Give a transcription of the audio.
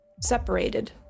separated